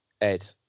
Ed